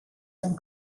from